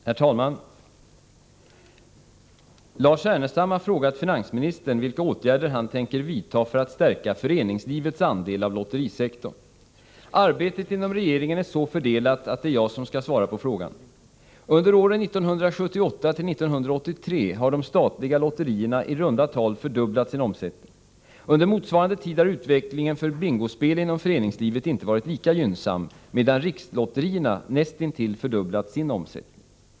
Herr talman! Lars Ernestam har frågat finansministern vilka åtgärder han tänker vidta för att stärka föreningslivets andel av lotterisektorn. Arbetet inom regeringen är så fördelat att det är jag som skall svara på frågan. Under åren 1978-1983 har de statliga lotterierna i runda tal fördubblat sin omsättning. Under motsvarande tid har utvecklingen för bingospel inom föreningslivet inte varit lika gynnsam, medan rikslotterierna nästintill fördubblat sin omsättning.